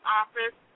office